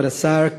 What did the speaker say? כבוד השר,